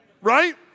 Right